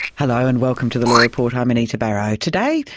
hello and welcome to the law report. i'm anita barraud. today,